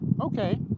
Okay